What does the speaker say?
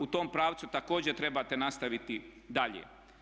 U tom pravcu također trebate nastaviti dalje.